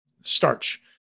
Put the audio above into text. starch